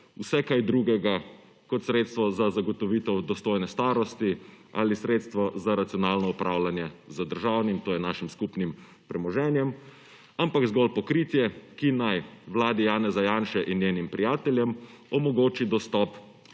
vse kaj drugega kot sredstvo za zagotovitev dostojne starosti ali sredstvo za racionalno opravljanje z državnim, to je našim skupnim premoženjem, ampak zgolj pokritje, ki naj vladi Janeza Janše in njenim prijateljem omogoči dostop